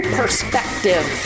perspective